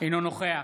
אינו נוכח